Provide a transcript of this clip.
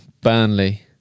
Burnley